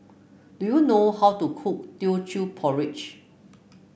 do you know how to cook Teochew Porridge